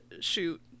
shoot